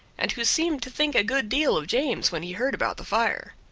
and who seemed to think a good deal of james when he heard about the fire.